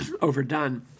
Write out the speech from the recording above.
overdone